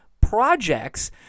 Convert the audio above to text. projects